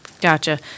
Gotcha